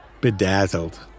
Bedazzled